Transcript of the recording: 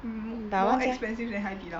m~ more expensive than 海底捞